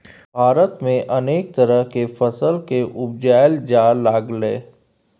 भारत में अनेक तरह के फसल के उपजाएल जा लागलइ